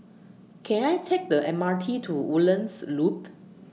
Can I Take The M R T to Woodlands Loop